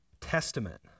testament